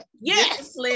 Yes